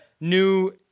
new –